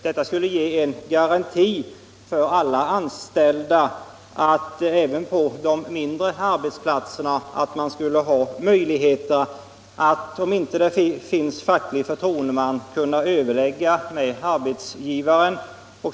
Detta skulle ge garanti för att alla anställda även på de mindre arbetsplatserna kan få möjlighet att, om det inte finns fackklubb eller facklig förtroendeman, överlägga med arbetsgivaren.